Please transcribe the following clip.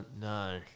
No